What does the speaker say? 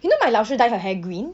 you know my 老师 dye her hair green